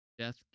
Death